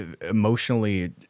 emotionally